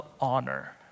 honor